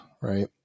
right